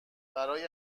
برای